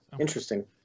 Interesting